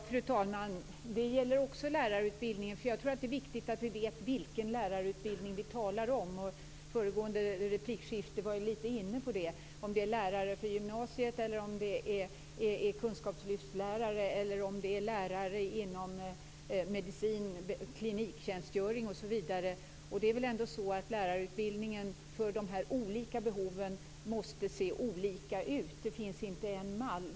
Fru talman! Detta gäller också lärarutbildningen. Jag tror att det är viktigt att vi vet vilken lärarutbildning vi talar om. I föregående replikskifte var man lite inne på det. Frågan är om det är lärare för gymnasiet, kunskapslyftslärare eller lärare inom medicinsk kliniktjänstgöring. Det är väl ändå så att lärarutbildningen måste se olika ut för de här olika behoven. Det finns inte en mall.